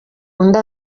undi